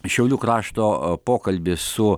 šiaulių krašto pokalbis su